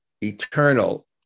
eternal